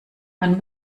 man